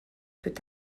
peut